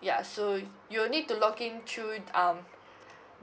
ya so you'll need to login through um